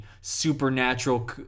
supernatural